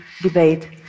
debate